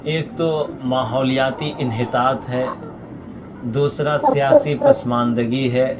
ایک تو ماحولیاتی انحطاط ہے دوسرا سیاسی پسماندگی ہے